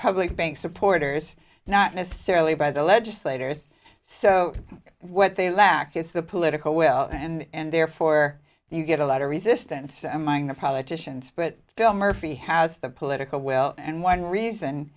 public bank supporters not necessarily by the legislators so what they lack is the political will and therefore you get a lot of resistance among the politicians but bill murphy has the political will and one reason